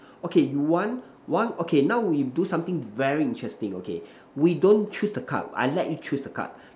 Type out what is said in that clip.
okay one one okay now we do something very interesting okay we don't choose the card I let you choose the card